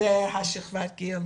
אלה שכבות הגיל